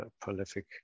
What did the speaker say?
prolific